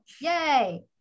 Yay